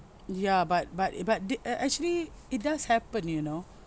ya but but it but they uh actually it does happen you know